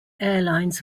airlines